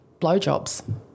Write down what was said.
blowjobs